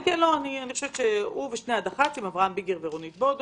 הוא ושני הדח"צים, אברהם ביגר ורונית בודו.